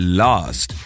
last